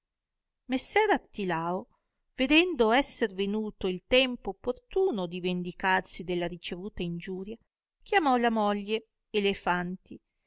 messer artilao vedendo esser venuto il tempo opportuno di vendicarsi della ricevuta ingiuria chiamò la moglie e